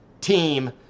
team